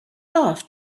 off